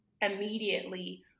immediately